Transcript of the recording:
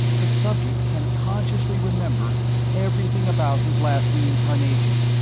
the subject can consciously remember everything about his last reincarnation,